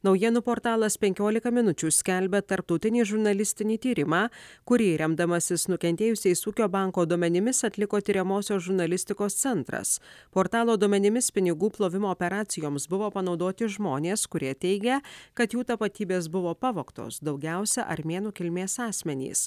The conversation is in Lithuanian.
naujienų portalas penkiolika minučių skelbia tarptautinį žurnalistinį tyrimą kurį remdamasis nukentėjusiais ūkio banko duomenimis atliko tiriamosios žurnalistikos centras portalo duomenimis pinigų plovimo operacijoms buvo panaudoti žmonės kurie teigia kad jų tapatybės buvo pavogtos daugiausia armėnų kilmės asmenys